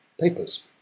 papers